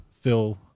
fill